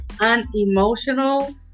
unemotional